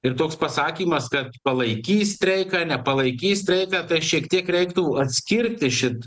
ir toks pasakymas kad palaikys streiką nepalaikys streiką tai šiek tiek reiktų atskirti šit